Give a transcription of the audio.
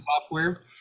software